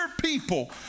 people